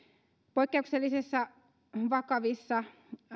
poikkeuksellisissa vakavissa